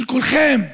כולכם,